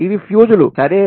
ఇవి ఫ్యూజులు సరే